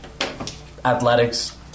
Athletics